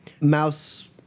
mouse